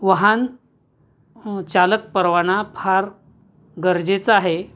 वाहन चालक परवाना फार गरजेचा आहे